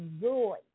joy